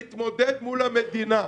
צריך להתמודד מול המדינה.